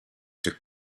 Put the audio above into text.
took